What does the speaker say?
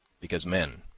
because men,